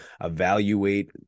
evaluate